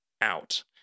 out